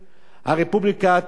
הרפובליקה הטורקית,